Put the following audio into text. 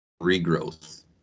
regrowth